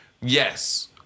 yes